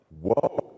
Whoa